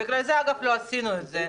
בגלל זה, אגב, לא עשינו את זה.